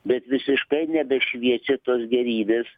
bet visiškai nebešviečia tos gėrybės